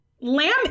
lamb